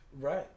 Right